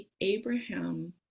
Abraham